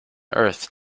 earth